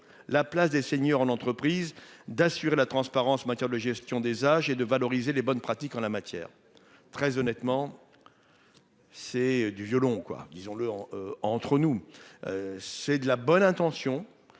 la place des seniors en entreprise d'assurer la transparence en matière de gestion des âges et de valoriser les bonnes pratiques en la matière. Très honnêtement. C'est du violon quoi disons-le en entre nous. C'est de la bonne intention